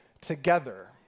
together